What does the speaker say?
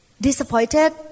disappointed